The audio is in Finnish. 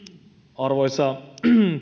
arvoisa